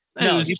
no